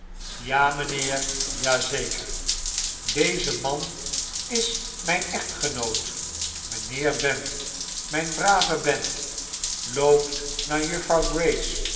ja zeker deze man is mijn echtgenoot mijnlieer ben mijn brave ben loop naar